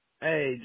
Hey